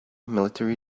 military